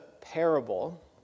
parable